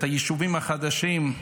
את היישובים החדשים,